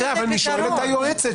הכנסת,